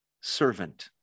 servant